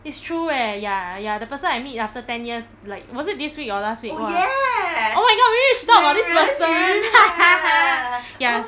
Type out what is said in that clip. it's true eh ya ya the person I meet after ten years like was it this week or last week !wah! oh my god maybe we should talk about this person ya